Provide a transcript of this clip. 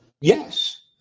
Yes